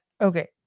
Okay